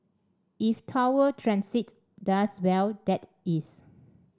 if Tower Transit does well that is